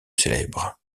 célèbre